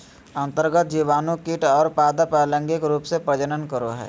अन्तर्गत जीवाणु कीट और पादप अलैंगिक रूप से प्रजनन करो हइ